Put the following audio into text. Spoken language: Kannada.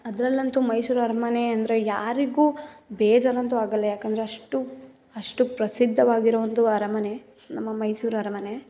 ಅದ್ರಲ್ಲಂತೂ ಮೈಸೂರು ಅರಮನೆ ಅಂದರೆ ಯಾರಿಗೂ ಬೇಜಾರಂತೂ ಆಗೋಲ್ಲ ಏಕಂದ್ರೆ ಅಷ್ಟು ಅಷ್ಟು ಪ್ರಸಿದ್ಧವಾಗಿರೋ ಒಂದು ಅರಮನೆ ನಮ್ಮ ಮೈಸೂರು ಅರಮನೆ